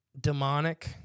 demonic